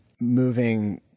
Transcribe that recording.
moving